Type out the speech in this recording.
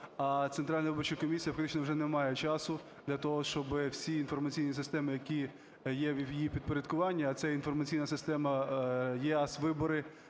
а Центральна виборча комісія фактично вже не має часу для того, щоб всі інформаційні системи, які є в її підпорядкуванні, а це інформаційна система ІАС "Вибори"